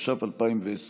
התש"ף 2020,